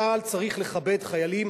צה"ל צריך לכבד חיילים